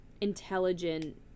intelligent